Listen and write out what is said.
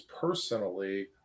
personally